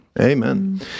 Amen